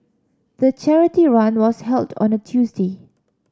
the charity run was held on a Tuesday